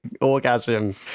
orgasm